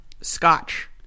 scotch